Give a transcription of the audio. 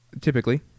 Typically